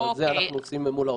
אבל זה אנחנו עושים מול האוצר.